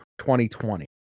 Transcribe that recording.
2020